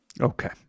Okay